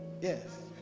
Yes